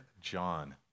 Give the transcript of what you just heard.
John